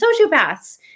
sociopaths